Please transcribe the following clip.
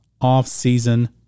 off-season